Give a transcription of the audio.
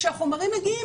כשהחומרים מגיעים,